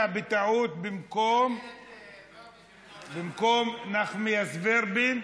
בטעות במקום חברת הכנסת נחמיאס ורבין.